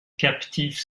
captifs